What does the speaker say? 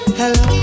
hello